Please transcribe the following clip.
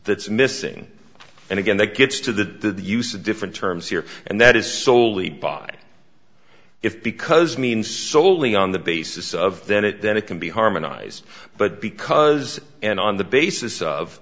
that's missing and again that gets to the use of different terms here and that is soley by if because means soley on the basis of that it that it can be harmonized but because and on the basis of